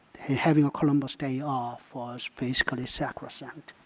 having a columbus day off was basically sacrament.